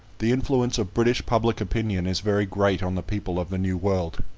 the influence of british public opinion is very great on the people of the new world.